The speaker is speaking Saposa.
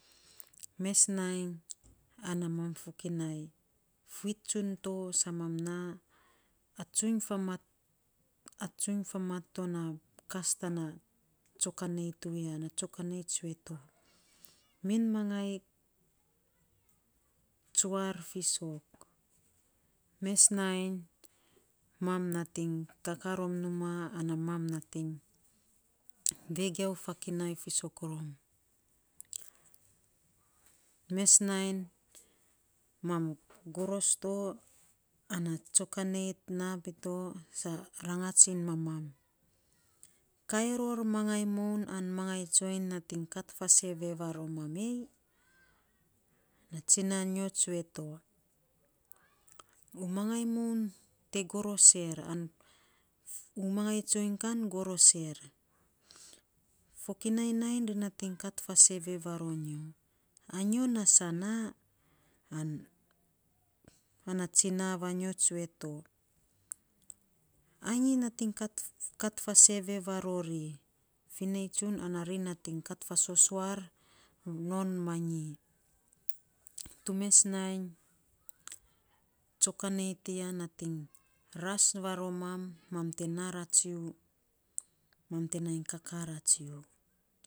Mes nainy ana mam fokinai fuit tsun to sa mam naa atsuiny atsuiny famat tona kas tana tsokanei tuwi nan ana tsikanei tsue to min mangai tsuar fiisok, mes nainy nating kakaa rom numaa ana mam nating vegiau fokinai fiisok rom, mes nainy mam goros to ana tsokinai naa mito sa rangats iny mamam. Kai ror mangai moun an mangai tsoiny nating kat fasevee varoman ei? E tsinan nyo tsue to, u mangai moun te goros er, u mangai e tsiny kan goros er. Fokinai nainy ri natiny kat fa savee varonyo. A nyo na saa naa, an ana tsina vanyo tsue to, ainyi natiny kat kat fa sevee varori, finei tsun, ana ri natiny kat fa sosuar non ma nyi. Tu mes nainy, tsikanei tiya natiny ras varoma mam te ratsuu, mam te nai kakaa ratsuu.